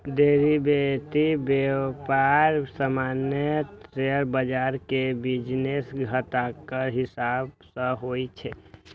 derivative व्यापार सामान्यतः share बाजार के बिजनेस घंटाक हिसाब सं होइ छै